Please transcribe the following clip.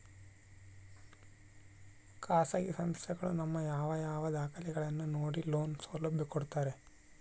ಖಾಸಗಿ ಸಂಸ್ಥೆಗಳು ನಮ್ಮ ಯಾವ ಯಾವ ದಾಖಲೆಗಳನ್ನು ನೋಡಿ ಲೋನ್ ಸೌಲಭ್ಯ ಕೊಡ್ತಾರೆ?